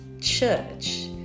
church